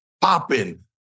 popping